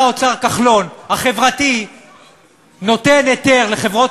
שר האוצר כחלון החברתי נותן היתר לחברות